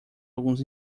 alguns